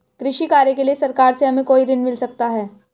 कृषि कार्य के लिए सरकार से हमें कोई ऋण मिल सकता है?